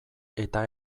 eta